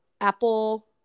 Apple